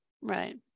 Right